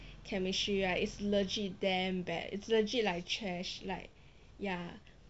chemistry ya it's legit damn bad it's legit like trash like ya